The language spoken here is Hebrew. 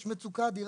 יש מצוקה אדירה.